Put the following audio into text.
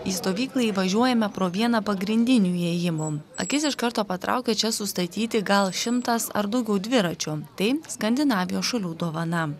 į stovyklą įvažiuojame pro vieną pagrindinių įėjimų akis iš karto patraukia čia sustatyti gal šimtas ar daugiau dviračių tai skandinavijos šalių dovana